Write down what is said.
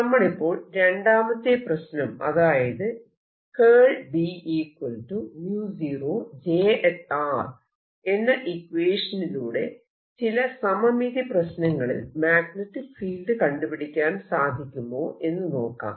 നമ്മളിപ്പോൾ രണ്ടാമത്തെ പ്രശ്നം അതായത് B 0 j എന്ന ഇക്വേഷനിലൂടെ ചില സമമിതി പ്രശ്നങ്ങളിൽ മാഗ്നെറ്റിക് ഫീൽഡ് കണ്ടുപിടിക്കാൻ സാധിക്കുമോ എന്ന് നോക്കാം